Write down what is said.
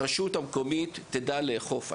אני מבטיח לך שהרשות המקומית תדע לאכוף.